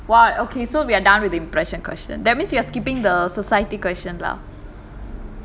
what okay so we are done with the impression question that means we are skipping the society question lah